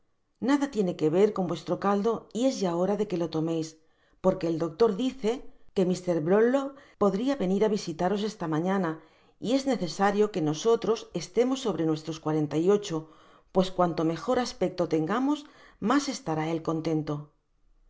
nada tiene que ver con vuestro caldo y es ya hora de que lo tomeis porque el doctor dice que mr brownlow podria venir á visitaros esta mañana y es necesario que nosotros estemos sobre nuestros cuarenta y ocho pues que cuanto mejor aspecto tengamos mas estará él contento